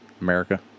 America